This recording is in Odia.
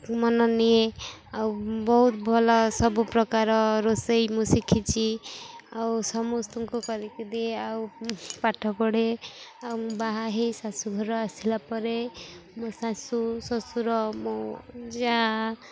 ମନ ନିଏ ଆଉ ବହୁତ ଭଲ ସବୁ ପ୍ରକାର ରୋଷେଇ ମୁଁ ଶିଖିଛି ଆଉ ସମସ୍ତଙ୍କୁ କରିକି ଦିଏ ଆଉ ପାଠ ପଢ଼େ ଆଉ ମୁଁ ବାହା ହେଇ ଶାଶୁଘର ଆସିଲା ପରେ ମୋ ଶାଶୁ ଶ୍ୱଶୁର ମୋ ଯାଆ